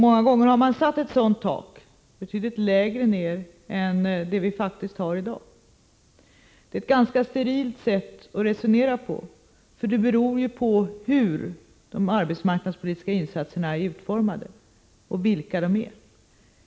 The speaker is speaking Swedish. Många gånger har man satt ett sådant tak, betydligt lägre ner än det vi faktiskt har i dag. Det är ett ganska sterilt sätt att resonera på, för det beror på hur de arbetsmarknadspolitiska insatserna är utformade och vilka de är.